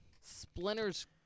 Splinter's